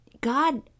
God